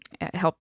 help